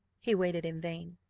he waited in vain.